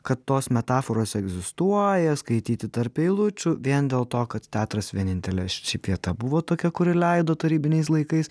kad tos metaforos egzistuoja skaityti tarp eilučių vien dėl to kad teatras vienintelė šiaip vieta buvo tokia kuri leido tarybiniais laikais